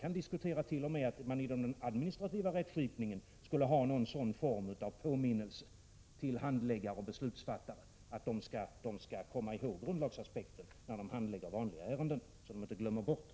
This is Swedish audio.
Man kan t.o.m. diskutera att man inom den administrativa rättsskipningen skulle ha någon sådan form av påminnelse till handläggare och beslutsfattare — att de skall komma ihåg grundlagsaspekten när de handlägger vanliga ärenden och inte glömma bort den.